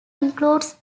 includes